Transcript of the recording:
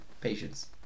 patience